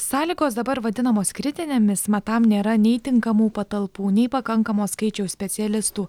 sąlygos dabar vadinamos kritinėmis mat tam nėra nei tinkamų patalpų nei pakankamo skaičiaus specialistų